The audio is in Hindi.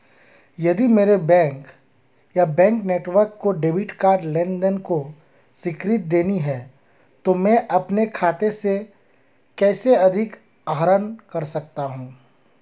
यदि मेरे बैंक या बैंक नेटवर्क को डेबिट कार्ड लेनदेन को स्वीकृति देनी है तो मैं अपने खाते से कैसे अधिक आहरण कर सकता हूँ?